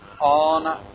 on